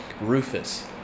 Rufus